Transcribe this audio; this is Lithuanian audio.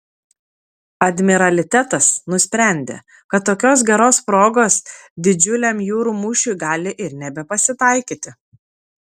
admiralitetas nusprendė kad tokios geros progos didžiuliam jūrų mūšiui gali ir nebepasitaikyti